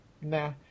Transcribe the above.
nah